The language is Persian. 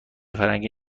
فرنگی